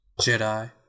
Jedi